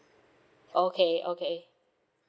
okay okay